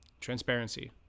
transparency